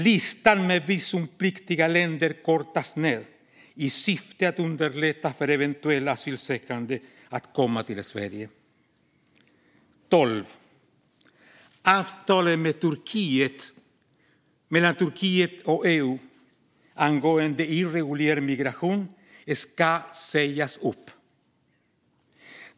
Listan med visumpliktiga länder kortas ned i syfte att underlätta för eventuella asylsökande att komma till Sverige. Avtalet mellan Turkiet och EU angående irreguljär migration ska sägas upp.